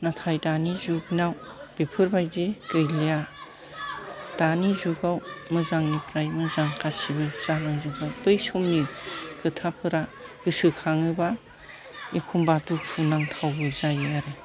नाथाय दानि जुगनाव बेफोर बायदि गैलिया दानि जुगआव मोजांनिफ्राय मोजां गासिबो जालांजोब्बाय बै समनि खोथाफोरा गोसोखाङोबा एखमबा दुखु नांथावबो जायो आरो